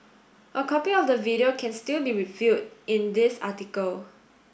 a copy of the video can still be viewed in this article